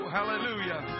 Hallelujah